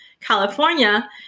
California